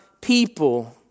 people